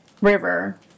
River